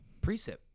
precip